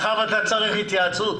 מאחר שאתה צריך התייעצות,